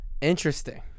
Interesting